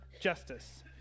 justice